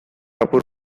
apur